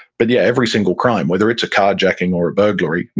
but yeah, every single crime, whether it's a carjacking or a burglary,